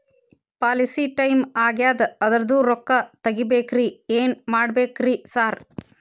Policy time ಆಗ್ಯಾದ ಅದ್ರದು ರೊಕ್ಕ ತಗಬೇಕ್ರಿ ಏನ್ ಮಾಡ್ಬೇಕ್ ರಿ ಸಾರ್?